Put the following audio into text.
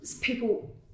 people